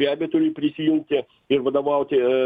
be abejo turi prisijungti ir vadovauti